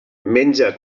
menja